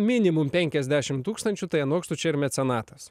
minimum penkiasdešimt tūkstančių tai anoks tu čia ir mecenatas